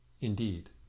Indeed